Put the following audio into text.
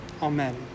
amen